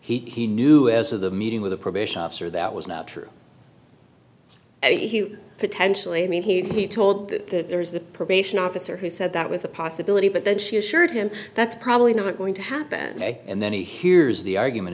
and he knew as of the meeting with the probation officer that was not true potentially i mean he told that there's a probation officer who said that was a possibility but then she assured him that's probably not going to happen and then he hears the argument